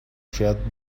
شاید